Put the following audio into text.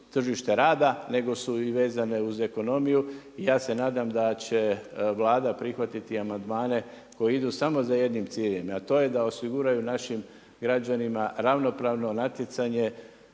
tržište rada, nego su i vezane uz ekonomiju. I ja se nadam da će Vlada prihvatiti amandmane koji idu samo za jednim ciljem, a to je da osiguraju našim građanima ravnopravno natjecanje